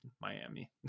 miami